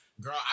Girl